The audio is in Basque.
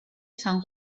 san